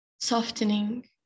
Softening